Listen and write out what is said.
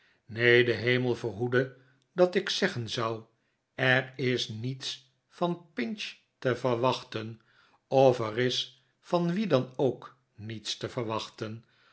neen de hemel verhoede dat ik zeggen zou er is niets van pinch te verwachten of er is van wie dan ook niets te verwachten